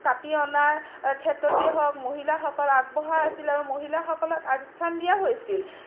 কাটি অনাৰ ক্ষেত্ৰতেই হওক মহিলাসকল আগবঢ়া আছিল আৰু মহিলাসকলক আগস্থান দিয়া হৈছিল